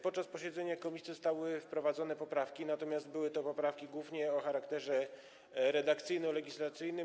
Podczas posiedzenia komisji zostały wprowadzone poprawki, natomiast były to poprawki głównie o charakterze redakcyjno-legislacyjnym.